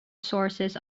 sources